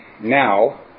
now